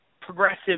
progressive